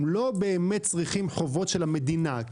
הם לא באמת צריכים חובות של המדינה.